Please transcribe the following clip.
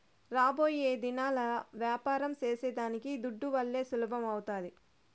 రాబోయేదినాల్ల యాపారం సేసేదానికి దుడ్డువల్లే సులభమౌతాది